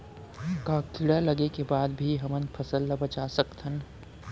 का कीड़ा लगे के बाद भी हमन फसल ल बचा सकथन?